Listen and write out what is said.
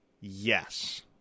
yes